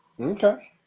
Okay